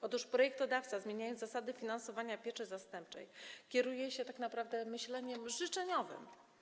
Otóż projektodawca, zmieniając zasady finansowania pieczy zastępczej, kieruje się tak naprawdę myśleniem życzeniowym.